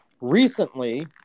recently